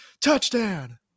touchdown